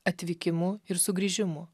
atvykimu ir sugrįžimu